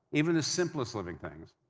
even the simplest living things.